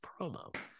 promo